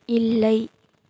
இல்லை